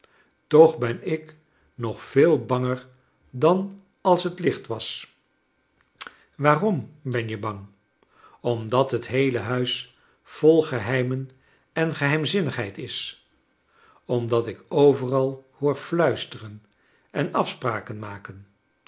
toch ben ik nog veel banger dan als net licht was waarom ben je bang omdat het heele huis vol geheimen en geheimzinnigheid is omdat ik overal hoor fluisteren en afspraken maken